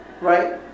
right